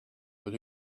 but